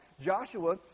Joshua